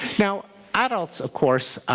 now adults, of course,